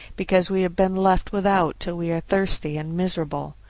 because we have been left without till we are thirsty and miserable.